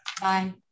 Bye